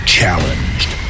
Challenged